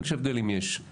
אבל יש הבדל אם יש 300